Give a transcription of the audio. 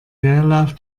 leerlauf